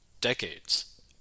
decades